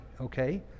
okay